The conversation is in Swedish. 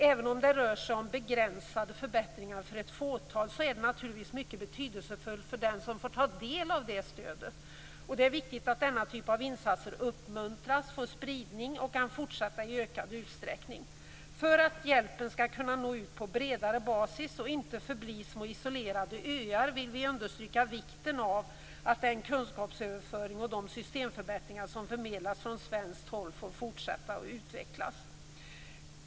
Även om det rör sig om begränsade förbättringar för ett fåtal är det mycket betydelsefullt för dem som har fått ta del av stödet. Det är viktigt att denna typ av insatser uppmuntras, får spridning och kan fortsätta i ökad utsträckning. För att hjälpen skall nå ut på bredare basis och inte förbli små isolerade öar, vill vi understryka vikten av att den kunskapsöverföring och de systemförbättringar som förmedlas från svenskt håll får fortsätta att utvecklas.